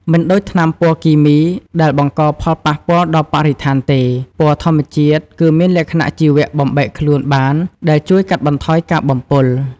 មិនដូចថ្នាំពណ៌គីមីដែលបង្កផលប៉ះពាល់ដល់បរិស្ថានទេ ពណ៌ធម្មជាតិគឺមានលក្ខណៈជីវៈបំបែកខ្លួនបានដែលជួយកាត់បន្ថយការបំពុល។